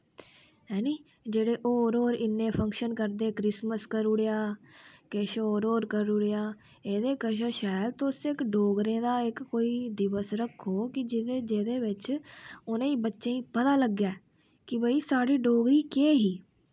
हैनी जेह्ड़े होर होर इन्ने फंक्शन करदे क्रिसमस करुड़ेआ किश होर होर करुड़ेआ एह्दे कशा शैल तुस डोगरें दा इक कोई डोगरें दा दिवस रक्खो कि जेह्के जेह्दे बिच्च उनें ई बच्चें ई पता लग्गै कि भाई साढ़ी डोगरी केह् ही